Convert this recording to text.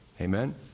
Amen